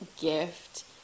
gift